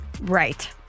Right